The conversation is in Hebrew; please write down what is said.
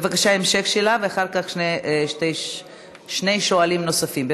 בבקשה, המשך שאלה, ואחר כך שני שואלים נוספים.